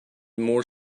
more